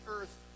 earth